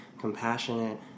compassionate